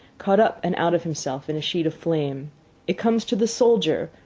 caught up and out of himself in a sheet of flame it comes to the soldier,